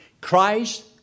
Christ